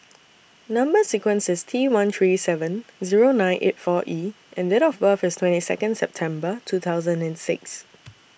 Number sequence IS T one three seven Zero nine eight four E and Date of birth IS twenty Second September two thousand and six